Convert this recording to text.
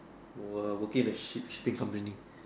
wor~ working at ship~ shipping company